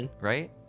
right